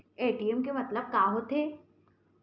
ATM के मतलब का होथे?